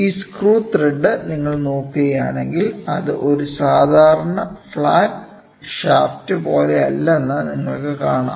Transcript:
ഈ screw thread നിങ്ങൾ നോക്കുകയാണെങ്കിൽ അത് ഒരു സാധാരണ ഫ്ലാറ്റ് ഷാഫ്റ്റ് പോലെയല്ലെന്ന് നിങ്ങൾക്കു കാണാം